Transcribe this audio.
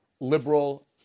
liberal